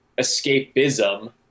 escapism